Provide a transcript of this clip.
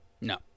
No